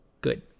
good